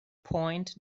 point